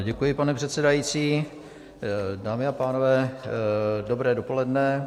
Děkuji, pane předsedající. Dámy a pánové, dobré dopoledne.